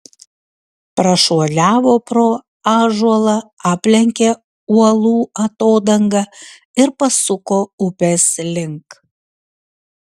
prašuoliavo pro ąžuolą aplenkė uolų atodangą ir pasuko upės link